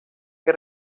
que